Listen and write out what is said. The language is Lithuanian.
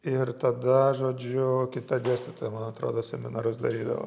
ir tada žodžiu kita dėstytoja man atrodo seminarus darydavo